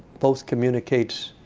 both communicates